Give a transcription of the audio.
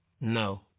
no